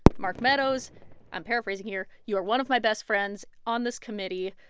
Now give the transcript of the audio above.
mark meadows i'm paraphrasing here you are one of my best friends on this committee.